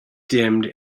dimmed